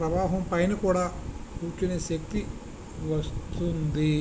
ప్రవాహం పైన కూడా కూర్చునే శక్తి వస్తుంది